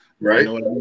Right